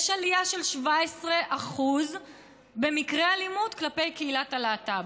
יש עלייה של 17% במקרי אלימות כלפי קהילת הלהט"ב,